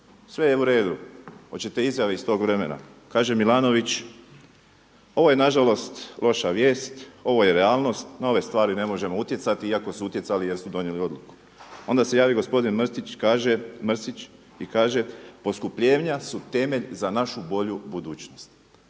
sve je uredu. Hoćete izjave iz tog vremena. Kaže Milanović ovo je nažalost loša vijest, ovo je realnost na ove stvari ne možemo utjecati iako su utjecali jer su donijeli odluku. Onda se javi gospodin Mrsić kaže poskupljenja su temelj za našu bolju budućnost.